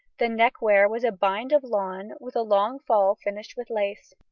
the neckwear was a bind of lawn, with a long fall finished with lace.